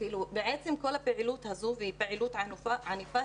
בעצם כל הפעילות הזאת והיא פעילות ענפה,